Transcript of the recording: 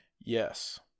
Yes